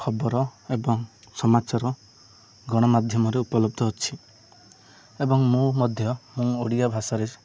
ଖବର ଏବଂ ସମାଚର ଗଣମାଧ୍ୟମରେ ଉପଲବ୍ଧ ଅଛି ଏବଂ ମୁଁ ମଧ୍ୟ ମୁଁ ଓଡ଼ିଆ ଭାଷାରେ